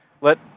let